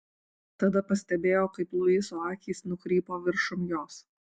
tada pastebėjo kaip luiso akys nukrypo viršum jos